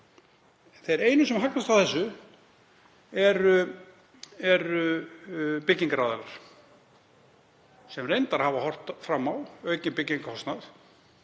Þeir einu sem hagnast á þessu eru byggingaraðilar, sem reyndar hafa horft fram á aukinn byggingarkostnað